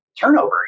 turnover